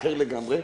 אחר לגמרי,